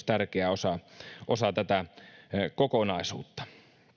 tärkeä osa osa tätä kokonaisuutta